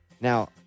Now